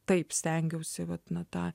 taip stengiausi vat na tą